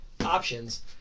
options